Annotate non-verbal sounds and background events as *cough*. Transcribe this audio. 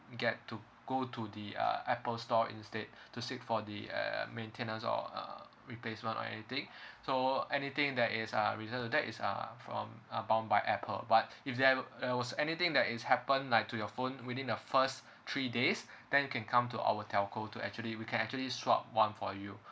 get to go to the uh apple store instead to seek for the uh maintenance or uh replacement or anything *breath* so anything that is uh that is uh from are bound by apple but if there~ there was anything that is happen like to your phone within the first three days then you can come to our telco to actually we can actually swap one for you